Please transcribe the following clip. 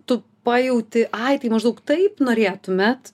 tu pajauti ai tai maždaug taip norėtumėt